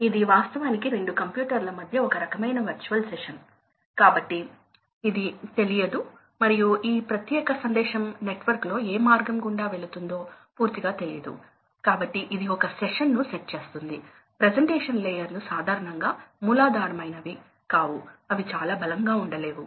ఈ రెండు ఏరియాస్ మధ్య వ్యత్యాసం ద్వారా మాత్రమే ఎనర్జీ తగ్గింది వాస్తవానికి అదే కాబట్టి ఎనర్జీ పతనం అంతగా ఉండదు